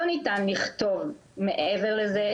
לא ניתן לכתוב מעבר לזה,